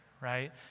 right